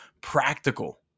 practical